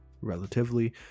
relatively